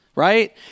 Right